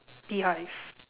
beehive